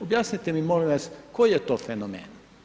Objasnite mi molim vas koji je to fenomen.